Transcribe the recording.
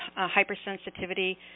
hypersensitivity